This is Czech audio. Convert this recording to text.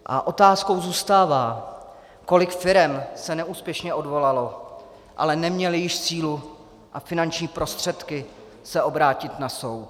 A otázkou zůstává, kolik firem se neúspěšně odvolalo, ale neměly již sílu a finanční prostředky se obrátit na soud.